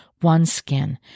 OneSkin